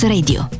Radio